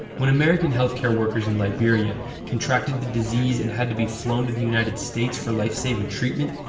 when american health care workers in liberia contracted the disease and had to be flown to the united states for life-saving treatment,